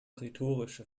rhetorische